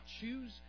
choose